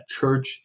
church